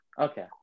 Okay